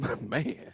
man